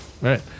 Right